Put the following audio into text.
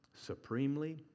supremely